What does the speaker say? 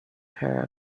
her